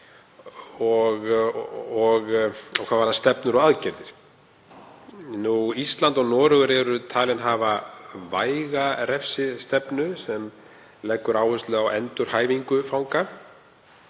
hvað varðar stefnur og aðgerðir. Ísland og Noregur eru talin hafa væga refsistefnu sem leggur áherslu á endurhæfingu fanga